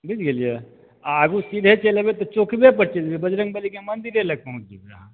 बुझि गेलियै आगू सीधे चलि अयबै तऽ चोकबे पर चलि अयबै बजरंगबलीके मन्दिरे लग पहुँच जेबै अहाँ